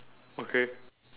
okay